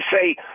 say